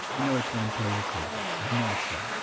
i know it's montoya-cordova. i know. i know it's that. like